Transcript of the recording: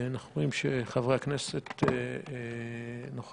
אנחנו רואים שחברי הכנסת נוכחים.